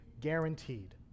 guaranteed